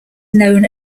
known